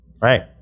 Right